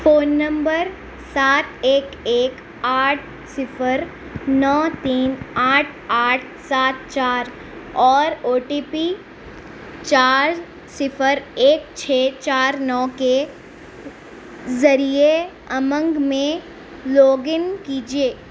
phone نمبر سات ایک ایک آٹھ صفر نو تین آٹھ آٹھ سات چار اور او ٹی پی چار صفر ایک چھ چار نو کے ذریعے امنگ میں لاگ ان کیجیے